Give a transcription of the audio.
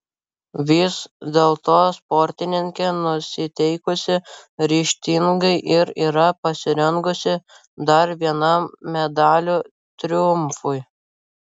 vis dėlto sportininkė nusiteikusi ryžtingai ir yra pasirengusi dar vienam medalių triumfui